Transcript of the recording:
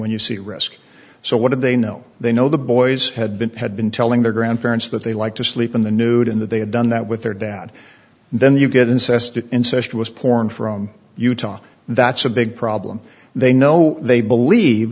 when you see a risk so what did they know they know the boys had been had been telling their grandparents that they like to sleep in the nude in that they had done that with their dad and then you get incest and incest was pouring from utah that's a big problem they know they believe